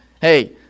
Hey